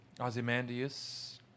Ozymandias